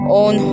own